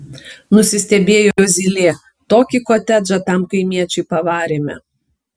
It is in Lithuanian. nusistebėjo zylė tokį kotedžą tam kaimiečiui pavarėme